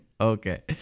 okay